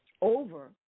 over